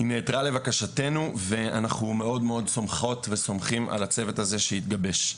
היא נעתרה לבקשתנו ואנחנו מאוד סומכים על הצוות הזה שהתגבש.